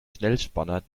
schnellspanner